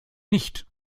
nicht